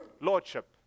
Lordship